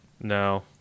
No